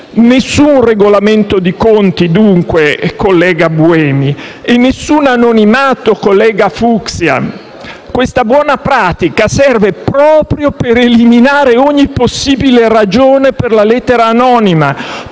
Nessun "regolamento di conti", dunque, collega Buemi. Nessun anonimato, collega Fucksia. Al contrario, questa buona pratica serve proprio per eliminare ogni possibile ragione per la lettera anonima,